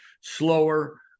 slower